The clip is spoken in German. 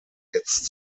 jetzt